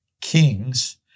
kings